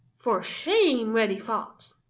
for shame, reddy fox!